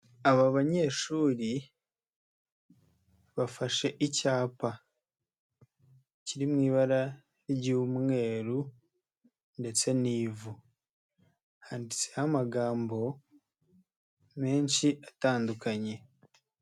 Aba banyeshuri bafashe icyapa kiri mu ibara ry'umweru ndetse n'ivu handitseho amagambo menshi atandukanye.